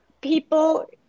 people